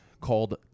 called